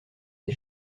des